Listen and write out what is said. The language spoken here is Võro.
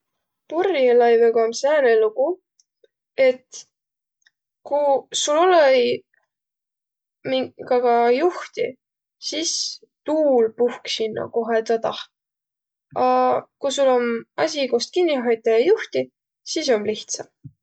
Purjõlaivoga om sääne lugu, et kuq sul olõ-õiq, minkaga juhtiq, sis tuul puhk sinno kohe tä taht. A ku sul om asi, kost kinniq hoitaq ja juhtiq, sis om lihtsa.